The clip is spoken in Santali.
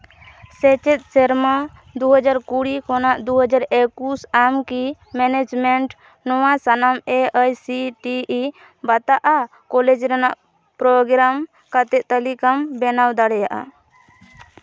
ᱥᱮᱪᱮᱫ ᱥᱮᱨᱢᱟ ᱫᱩ ᱦᱟᱡᱟᱨ ᱠᱩᱲᱤ ᱠᱷᱚᱱᱟᱜ ᱫᱩ ᱦᱟᱡᱟᱨ ᱮᱠᱩᱥ ᱟᱢ ᱠᱤ ᱢᱮᱱᱮᱡᱽᱢᱮᱱᱴ ᱱᱚᱣᱟ ᱥᱟᱱᱟᱢ A I C T E ᱵᱟᱛᱟᱣᱟᱜ ᱠᱚᱞᱮᱡᱽ ᱨᱮᱱᱟᱜ ᱯᱨᱚᱜᱨᱟᱢ ᱠᱟᱛᱮᱫ ᱛᱟᱹᱞᱤᱠᱟᱢ ᱵᱮᱱᱟᱣ ᱫᱟᱲᱮᱭᱟᱜᱼᱟ